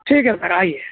ٹھیک ہے سر آئیے